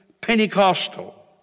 Pentecostal